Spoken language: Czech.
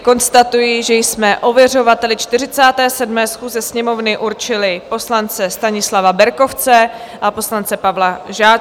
Konstatuji, že jsme ověřovateli 47. schůze Sněmovny určili poslance Stanislava Berkovce a poslance Pavla Žáčka.